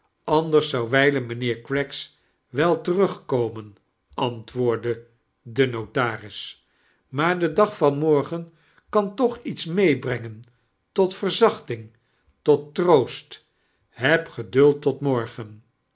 ariders zou wijlen mijnheer craggs wel terugkomen antwoordde de notaris maar de dag van morgen kan tooh iets meebrengen tot verzachting tot troost heb geduld tot morgen